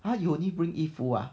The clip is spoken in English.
!huh! you only bring 衣服啊